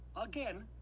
again